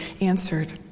answered